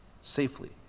safely